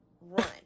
Run